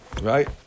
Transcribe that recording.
Right